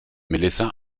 melissa